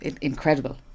incredible